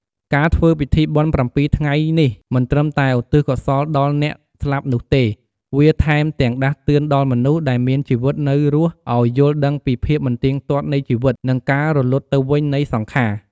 ការធ្វើពិធីបុណ្យប្រាំពីរថ្ងៃនេះ មិនត្រឹមតែឧទ្ទិសកុសលដល់អ្នកស្លាប់នោះទេ វាថែមទាំងដាស់តឿនដល់មនុស្សដែលមានជីវិតនៅរស់ឲ្យយល់ដឹងពីភាពមិនទៀងទាត់នៃជីវិត និង ការរលត់ទៅវិញនៃសង្ខារ។